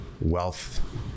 wealth